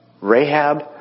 Rahab